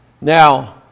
now